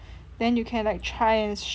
then you can like try and show the